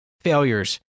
failures